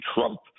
Trump